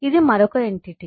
కాబట్టి ఇది మరొక ఎంటిటీ